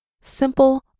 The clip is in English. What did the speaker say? simple